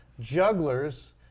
jugglers